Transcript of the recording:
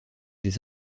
des